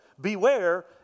Beware